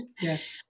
Yes